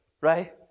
Right